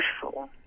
beautiful